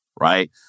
right